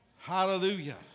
Hallelujah